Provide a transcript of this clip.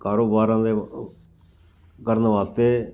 ਕਾਰੋਬਾਰਾਂ ਦੇ ਕਰਨ ਵਾਸਤੇ